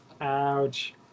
Ouch